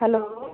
hello